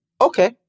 okay